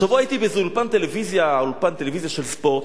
השבוע הייתי באיזה אולפן טלוויזיה של ספורט.